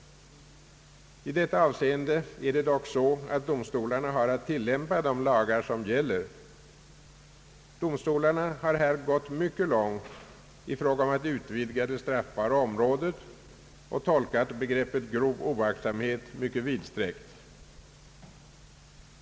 I detta avseende är det dock så att domstolarna har att tillämpa de lagar som gäller. Domstolarna har härvidlag gått mycket långt i fråga om att utvidga det straffbara området och tolkat begreppet grov oaktsamhet mycket vidsträckt.